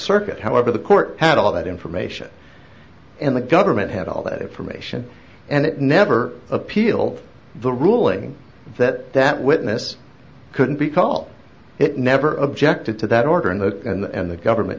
circuit however the court had all that information and the government had all that information and it never appeal the ruling that that witness couldn't be called it never objected to that order in the uk and the government